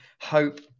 Hope